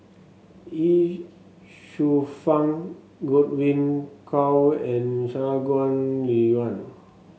Ye Shufang Godwin Koay and Shangguan Liuyun